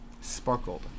Sparkled